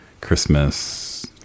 Christmas